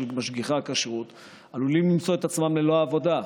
משגיחי הכשרות עלולים למצוא את עצמם ללא עבודה.